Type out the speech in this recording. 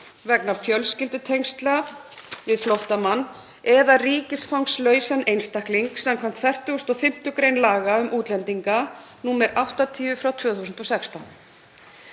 vegna fjölskyldutengsla við flóttamann eða ríkisfangslausan einstakling skv. 45. gr. laga um útlendinga, nr. 80/2016.